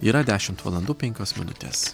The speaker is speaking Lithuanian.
yra dešimt valandų penkios minutės